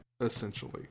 essentially